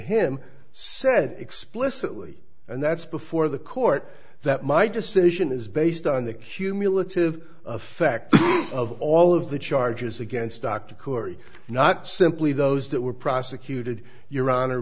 him said explicitly and that's before the court that my decision is based on the cumulative effect of all of the charges against dr corey not simply those that were prosecuted your honor